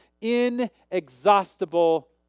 inexhaustible